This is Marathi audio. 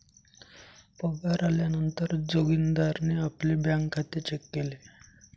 पगार आल्या नंतर जोगीन्दारणे आपले बँक खाते चेक केले